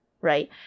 Right